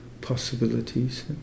possibilities